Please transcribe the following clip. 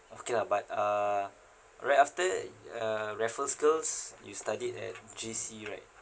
okay lah but uh right after uh raffles girls' you studied at J_C right